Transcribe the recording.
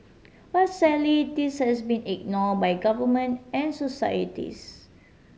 but sadly this has been ignore by government and societies